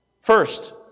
First